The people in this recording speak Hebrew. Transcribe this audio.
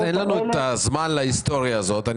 אין לנו את הזמן להיסטוריה הזאת.